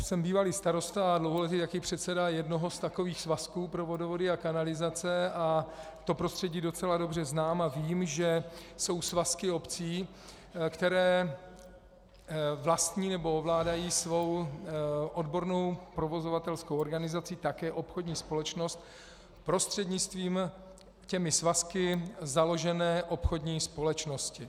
Jsem bývalý starosta a dlouholetý také předseda takových svazků pro vodovody a kanalizace a to prostředí docela dobře znám a vím, že jsou svazky obcí, které vlastní nebo ovládají svou odbornou provozovatelskou organizaci, také obchodní společnost, prostřednictvím těmi svazky založené obchodní společnosti.